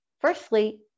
Firstly